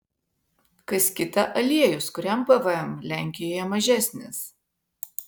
kas kita aliejus kuriam pvm lenkijoje mažesnis